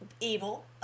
evil